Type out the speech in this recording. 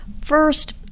first